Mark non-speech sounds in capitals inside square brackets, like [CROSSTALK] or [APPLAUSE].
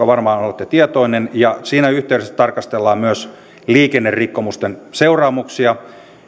[UNINTELLIGIBLE] varmaan olette tietoinen siinä yhteydessä tarkastellaan myös liikennerikkomusten seuraamuksia